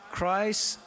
Christ